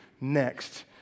next